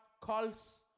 calls